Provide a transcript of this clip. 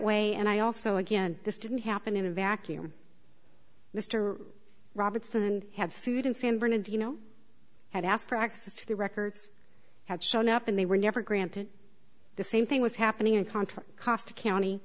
way and i also again this didn't happen in a vacuum mr robertson had sued in san bernardino had asked for access to the records had shown up and they were never granted the same thing was happening in cont